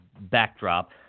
backdrop